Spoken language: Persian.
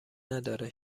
نداره